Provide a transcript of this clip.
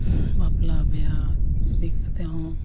ᱵᱟᱯᱞᱟ ᱵᱤᱦᱟᱹ ᱤᱫᱤ ᱠᱟᱛᱮ ᱦᱚᱸ